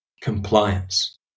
compliance